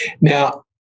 Now